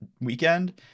weekend